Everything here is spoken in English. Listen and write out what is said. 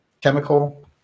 chemical